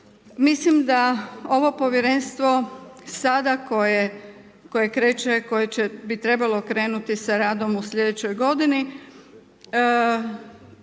Mislim da ovo povjerenstvo sada koje kreće, koje bi trebalo krenuti sa radom u slijedećoj godini